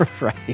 Right